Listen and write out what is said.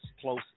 close